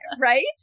Right